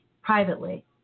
privately